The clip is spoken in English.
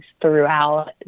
throughout